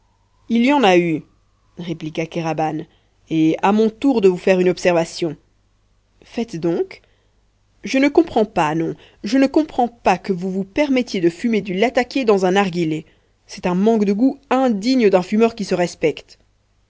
il y en a eu répliqua kéraban et à mon tour de vous faire une observation faites donc je ne comprends pas non je ne comprends pas que vous vous permettiez de fumer du latakié dans un narghilé c'est un manque de goût indigne d'un fumeur qui se respecte